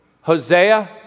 Hosea